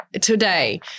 today